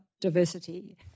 diversity